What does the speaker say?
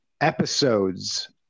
episodes